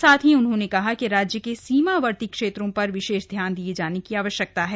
साथ ही उन्होंने कहा कि राज्य के सीमावर्ती क्षेत्रों पर विशेष ध्यान दिये जाने की आवश्यकता है